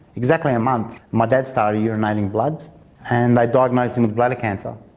exactly a month, my dad started urinating blood and they diagnosed him with bladder cancer.